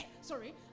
sorry